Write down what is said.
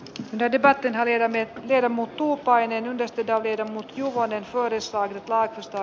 ledi partenavien emme tiedä muuttuu paineen yhdistetään vedonnut juvonen todistaa nyt laakista